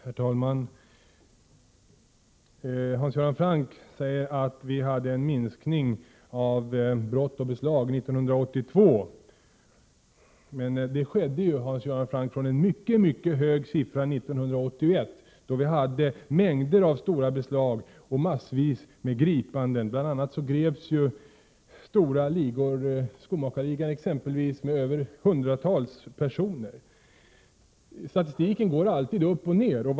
Herr talman! Hans Göran Franck säger att vi hade en minskning när det gäller brott och beslag år 1982. Det var emellertid en minskning i förhållande till de mycket höga siffror vi hade år 1981. Vi hade då mängder av stora beslag och gripanden. Då greps stora ligor som exempelvis den s.k. skomakarligan som omfattade hundratals personer. Statistiken går alltid upp och ner.